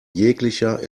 jeglicher